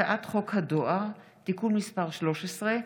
הצעת חוק הדואר (תיקון מס' 13),